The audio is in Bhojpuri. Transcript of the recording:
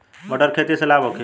मटर के खेती से लाभ होखे?